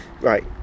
right